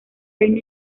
reino